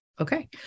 Okay